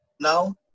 now